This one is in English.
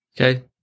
Okay